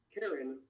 Karen